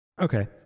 Okay